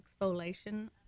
exfoliation